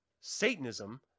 Satanism